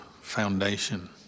foundation